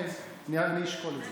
אוקיי, אני אשקול את זה.